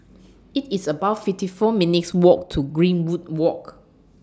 It's about fifty four minutes' Walk to Greenwood Walk